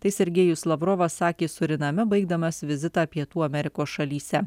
tai sergejus lavrovas sakė suriname baigdamas vizitą pietų amerikos šalyse